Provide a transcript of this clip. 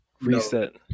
reset